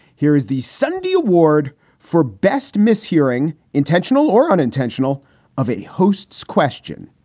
here is the sundy award for best mishearing, intentional or unintentional of a host's question.